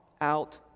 out